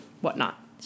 whatnot